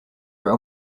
were